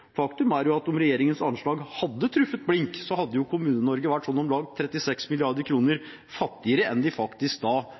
Faktum er at om regjeringens anslag hadde truffet blink, hadde Kommune-Norge vært om lag 36